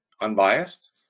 unbiased